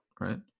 Right